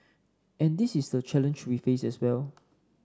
and this is the challenge we faces as well